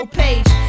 page